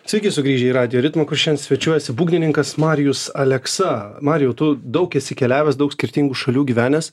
sveiki sugrįžę į radijo ritmą kur šian svečiuojasi būgnininkas marijus aleksa marijau tu daug esi keliavęs daug skirtingų šalių gyvenęs